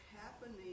happening